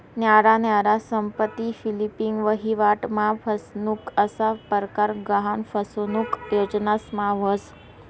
न्यारा न्यारा संपत्ती फ्लिपिंग, वहिवाट मा फसनुक असा परकार गहान फसनुक योजनास मा व्हस